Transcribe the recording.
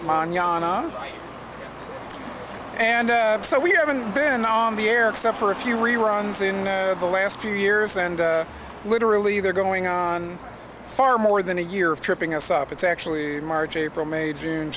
on and so we haven't been on the air except for a few reruns in the last few years and literally they're going on far more than a year of tripping us up it's actually march april may june